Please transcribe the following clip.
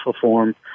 form